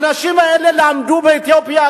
האנשים האלה למדו באתיופיה,